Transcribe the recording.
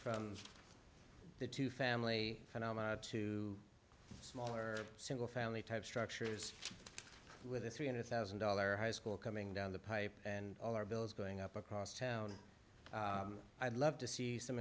from the two family phenomena to smaller single family type structures with a three hundred thousand dollar high school coming down the pipe and dollar bills going up across town i'd love to see some